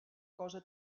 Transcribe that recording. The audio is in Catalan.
cosa